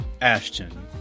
Ashton